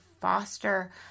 foster